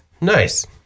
Nice